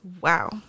Wow